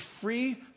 free